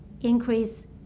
increase